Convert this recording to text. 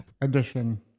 edition